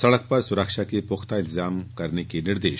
सड़क पर सुरक्षा के पुख्ता इन्तजाम करने के दिए निर्देश